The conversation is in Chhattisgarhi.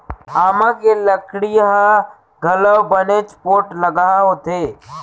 आमा के लकड़ी ह घलौ बनेच पोठलगहा होथे